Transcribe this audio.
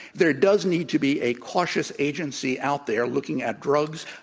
there does need to be a cautious agency out there looking at drugs.